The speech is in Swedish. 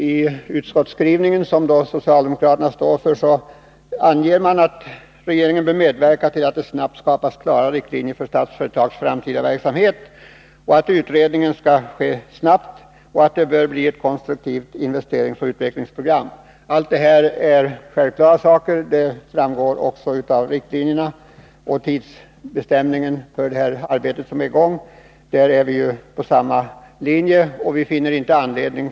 I majoritetsskrivningen, som socialdemokraterna står för, anges att regeringen bör medverka till att det snabbt skapas klara riktlinjer för Statsföretags framtida verksamhet, att utredningen skall ske snabbt och att det bör utarbetas ett konstruktivt investeringsoch utvecklingsprogram. Allt detta är självklara saker, som regeringen och utskottet redan ställt upp på vilket också framgår av riktlinjerna. När det gäller tidsbestämningen för det arbete som är i gång är vi på samma linje; det skall klaras ut till hösten.